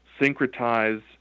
syncretize